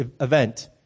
event